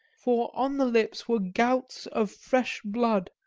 for on the lips were gouts of fresh blood,